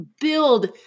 build